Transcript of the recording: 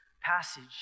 passage